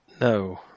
No